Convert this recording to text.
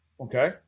Okay